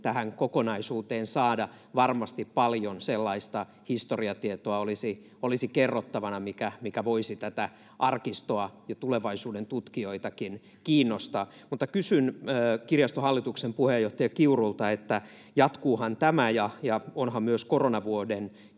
tähän kokonaisuuteen saada — varmasti paljon sellaista historiatietoa olisi kerrottavana, mikä voisi tätä arkistoa ja tulevaisuuden tutkijoitakin kiinnostaa. Mutta kysyn kirjaston hallituksen puheenjohtaja Kiurulta, että jatkuuhan tämä ja onhan myös koronavuoden tai